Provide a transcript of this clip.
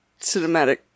cinematic